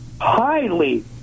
highly